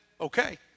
okay